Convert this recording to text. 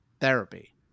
therapy